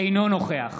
אינו נוכח